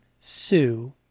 Sue